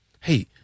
Hey